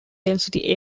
density